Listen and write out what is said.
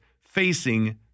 facing